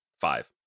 five